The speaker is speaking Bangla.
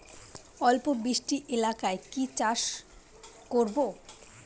অল্প বৃষ্টি এলাকায় কি চাষ করব?